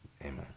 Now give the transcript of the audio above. Amen